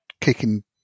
kicking